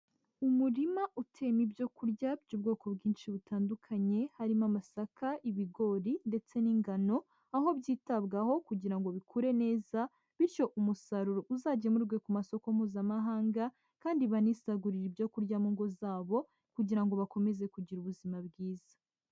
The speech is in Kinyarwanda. Umurima uteyemo ibyo kurya by'ubwoko bwinshi butandukanye, harimo amasaka, ibigori ndetse n'ingano, aho byitabwaho kugira ngo bikure neza bityo umusaruro uzagemurwe ku masoko Mpuzamahanga kandi banisagurire ibyo kurya mu ngo zabo kugira ngo bakomeze kugira ubuzima bwiza.